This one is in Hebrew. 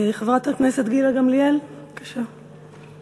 חברת הכנסת גילה גמליאל, בבקשה.